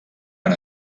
van